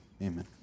Amen